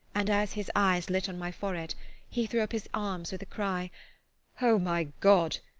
and as his eyes lit on my forehead he threw up his arms with a cry oh, my god,